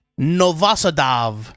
Novosadov